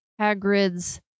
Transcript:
hagrid's